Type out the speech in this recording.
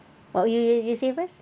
you you you you say first